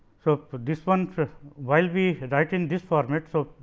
so, but this ones while we writing this format so,